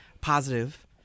positive